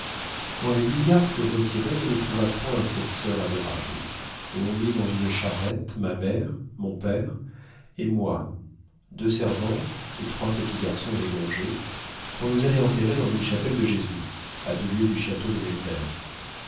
quand les bulgares furent retirés on ne trouva point cette soeur adorable et on mit dans une charrette ma mère mon père et moi deux servantes et trois petits garçons égorgés pour nous aller enterrer dans une chapelle de jésuites à deux lieues du château de mes pères